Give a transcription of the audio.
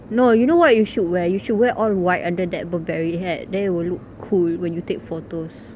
no you know what you should wear you should wear all white under that burberry hat then you will look cool when you take photos